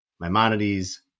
Maimonides